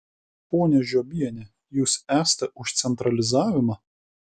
ponia žiobiene jūs esate už centralizavimą